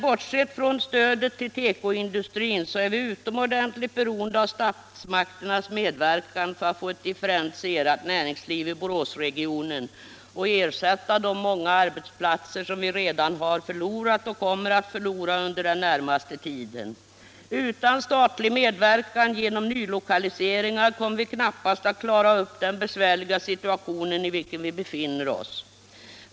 Bortsett från stödet till tekoindustrin är vi utomordentligt beroende av statsmakternas medverkan för att få ett differentierat näringsliv i Boråsregionen och för att ersätta de många arbetsplatser vi redan förlorat och kommer att förlora under den närmaste tiden. Utan statlig medverkan genom nylokaliseringar kommer vi knappast att klara upp den besvärliga situation i vilken vi befinner oss.